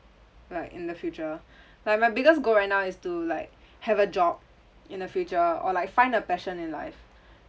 like in the future like my biggest goal right now is to like have a job in the future or like find a passion in life